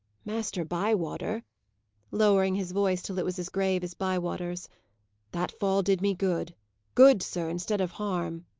master bywater lowering his voice till it was as grave as bywater's that fall did me good good, sir, instead of harm.